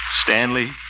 Stanley